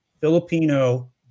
Filipino